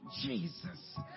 Jesus